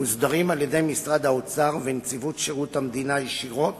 מוסדרים על-ידי משרד האוצר ונציבות שירות המדינה ישירות